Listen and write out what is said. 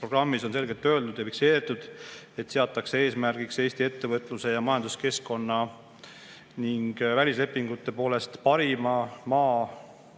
programmis on selgelt öeldud ja fikseeritud, et seatakse eesmärgiks Eesti ettevõtluse ja majanduskeskkonna ning välislepingute poolest parima maa